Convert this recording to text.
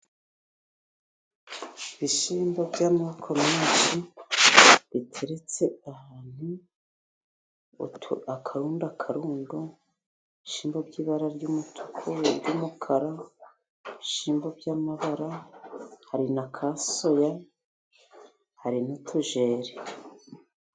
Ibishyimbo by'amako menshi biteretse ahantu, akarundo akarundo, ibishyimbo by'ibara ry'umutuku, ry'umukara, ibishyimbo by'amabara, hari na ka soya hari n'utujeri.